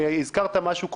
הזכרת משהו קודם,